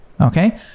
okay